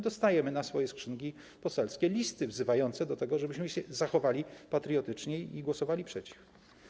Dostajemy na swoje skrzynki poselskie listy wzywające do tego, żebyśmy zachowali się patriotycznie i głosowali przeciw.